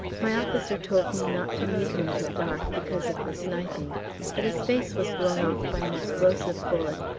my officer told me not to move him till dark, because of the sniping but his face was blown off by an explosive bullet,